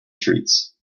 treats